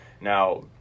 Now